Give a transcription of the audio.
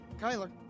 Kyler